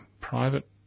private